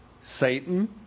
Satan